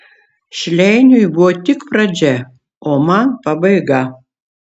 šleiniui buvo tik pradžia o man pabaiga